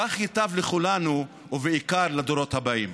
כך ייטב לכולנו, ובעיקר לדורות הבאים.